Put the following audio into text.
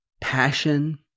passion